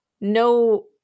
no